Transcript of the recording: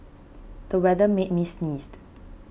the weather made me sneezed